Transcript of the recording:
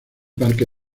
parque